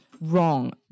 Wrong